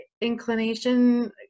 inclination